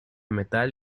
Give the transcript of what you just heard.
metal